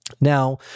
Now